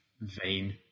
vain